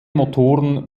motoren